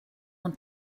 want